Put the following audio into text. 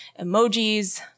emojis